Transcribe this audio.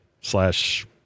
slash